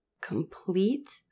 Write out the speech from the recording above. complete